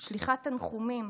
בשליחת תנחומים